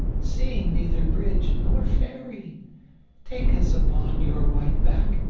seeing neither bridge nor ferry take us upon your white back,